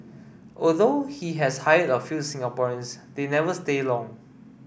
although he has hired a few Singaporeans they never stay long